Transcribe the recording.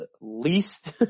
least